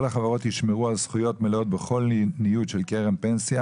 החברות ישמרו על זכויות מלאות בכל ניוד של קרן פנסיה,